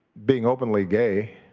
being openly gay